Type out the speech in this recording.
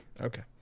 Okay